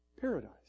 paradise